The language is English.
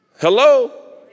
Hello